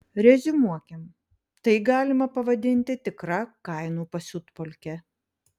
reziumuokim tai galima pavadinti tikra kainų pasiutpolke